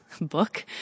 book